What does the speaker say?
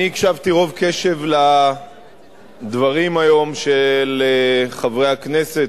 אני הקשבתי רוב קשב לדברים של חברי הכנסת,